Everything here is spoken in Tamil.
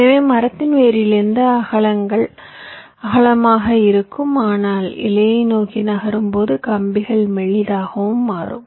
எனவே மரத்தின் வேரிலிருந்து அகலங்கள் அகலமாக இருக்கும் ஆனால் இலையை நோக்கி நகரும்போது கம்பிகள் மெல்லியதாகவும் மாறும்